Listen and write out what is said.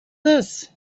this